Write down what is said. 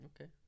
Okay